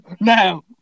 Now